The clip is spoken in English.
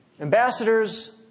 Ambassadors